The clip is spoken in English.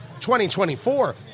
2024